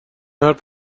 حرف